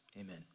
amen